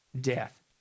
death